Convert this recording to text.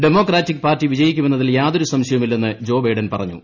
democratic party വിജയിക്കുമെന്നതിൽ യാതൊരു സംശയവുമില്ലെന്ന് ജോ ബൈഡൻ പറഞ്ഞു